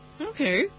Okay